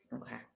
Okay